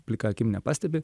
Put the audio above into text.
plika akim nepastebi